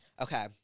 Okay